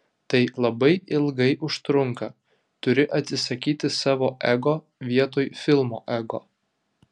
tai labai ilgai užtrunka turi atsisakyti savo ego vietoj filmo ego